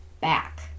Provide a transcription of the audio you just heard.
back